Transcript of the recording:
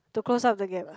to close up the gap ah